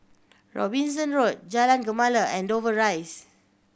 Robinson Road Jalan Gemala and Dover Rise